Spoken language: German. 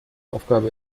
aufgabe